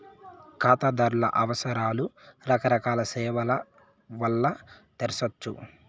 కాతాదార్ల అవసరాలు రకరకాల సేవల్ల వల్ల తెర్సొచ్చు